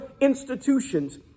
institutions